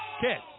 Kids